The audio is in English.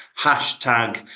Hashtag